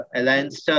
alliance